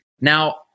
Now